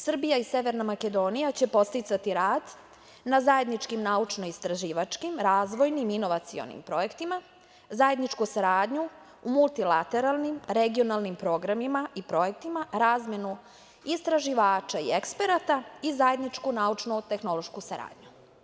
Srbija i Severna Makedonija će podsticati rad na zajedničkim naučno-istraživačkim, razvojnim, inovacionim projektima, zajedničku saradnju u multilateralnim, regionalnim programima i projektima, razmenu istraživača i eksperata i zajedničku naučnu tehnološku saradnju.